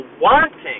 wanting